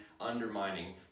undermining